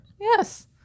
Yes